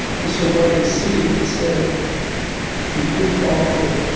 and so what they see instead of the improbable